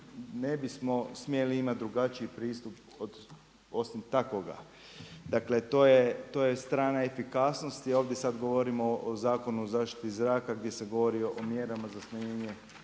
ne bismo smjeli imati drugačiji pristup osim takvoga. Dakle, to je strana efikasnosti i ovdje sada govorimo o Zakonu o zaštiti zraka gdje se govorio o mjerama za smanjenje